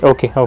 Okay